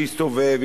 שיסתובב,